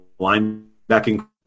linebacking